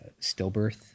stillbirth